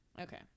Okay